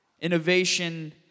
innovation